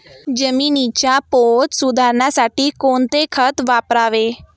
जमिनीचा पोत सुधारण्यासाठी कोणते खत वापरावे?